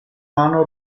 mano